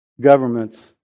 Governments